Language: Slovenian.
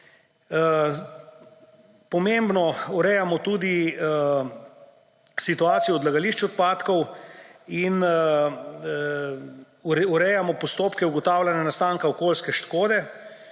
Pomembno urejamo tudi situacijo odlagališč odpadkov in urejamo postopke ugotavljanja nastanka okoljske škode